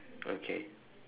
okay